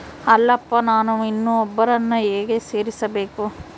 ಅಲ್ಲಪ್ಪ ನಾನು ಇನ್ನೂ ಒಬ್ಬರನ್ನ ಹೇಗೆ ಸೇರಿಸಬೇಕು?